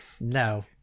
No